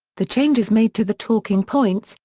the changes made to the talking points,